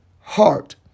heart